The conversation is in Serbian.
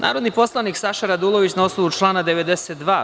Narodni poslanik Saša Radulović, na osnovu člana 92.